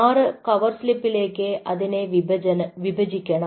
6 cover സ്ലിപ്പിലേക്ക് അതിനെ വിഭജിക്കണം